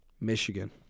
Michigan